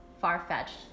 far-fetched